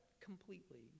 completely